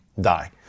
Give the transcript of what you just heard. die